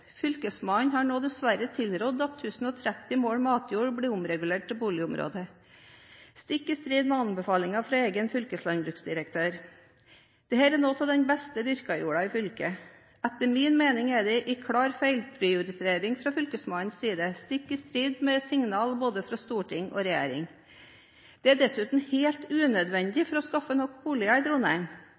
Fylkesmannen har nå dessverre tilrådd at 1 030 mål matjord blir omregulert til boligområde – stikk i strid med anbefalingene fra egen fylkeslandbruksdirektør. Dette er noe av den beste dyrkede jorda i fylket. Etter min mening er det en klar feilprioritering fra Fylkesmannens side – stikk i strid med signaler fra både Stortinget og regjeringen. Det er dessuten helt unødvendig for å skaffe nok boliger i